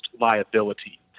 liability